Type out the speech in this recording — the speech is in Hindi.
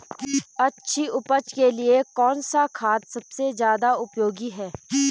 अच्छी उपज के लिए कौन सा खाद सबसे ज़्यादा उपयोगी है?